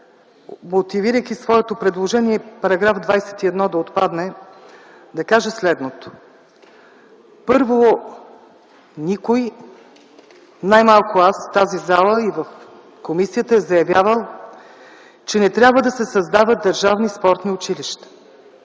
мотивирайки своето предложение § 21 да отпадне, да кажа следното. Първо, никой, най-малко аз, в тази зала и в комисията не е заявявал, че не трябва да се създават държавни спортни училища.